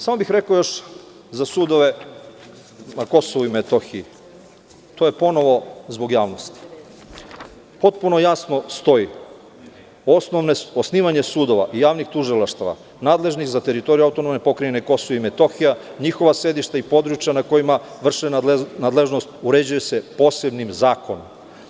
Samo bih rekao još za sudove na KiM, to bih rekao zbog javnosti, potpuno jasno stoji, osnivanje sudova i javnih tužilaštava, nadležnih za teritoriju AP KiM, njihova sedišta i područja na kojima vrše nadležnost, uređuju se posebnim zakonom.